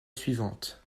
suivante